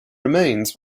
remains